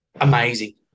amazing